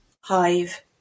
Hive